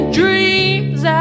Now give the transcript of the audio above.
dreams